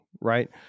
right